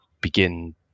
begin